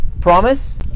promise